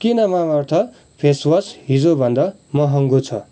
किन Mamaearth face wash हिजोभन्दा महँगो छ